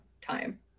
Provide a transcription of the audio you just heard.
time